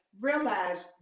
realize